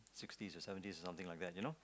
sixties or seventies or something like that you know